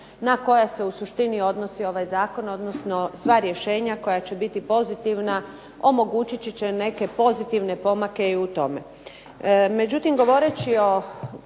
na koja se u suštini odnosi ovaj zakon, odnosno sva rješenja koja će biti pozitivna omogućiti će neke pozitivne pomake i u tome.